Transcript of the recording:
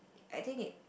I think it